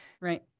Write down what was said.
Right